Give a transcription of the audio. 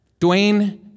Dwayne